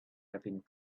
having